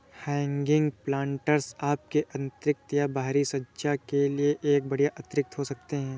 hanging planters आपके आंतरिक या बाहरी सज्जा के लिए एक बढ़िया अतिरिक्त हो सकते है